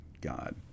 God